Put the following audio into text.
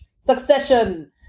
succession